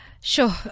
Sure